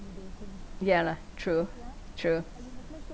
ya lah true true